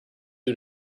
due